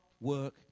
work